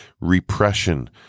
repression